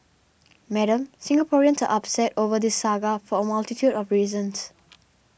Madam Singaporeans are upset over this saga for a multitude of reasons